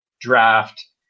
draft